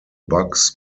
bucks